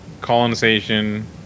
Colonization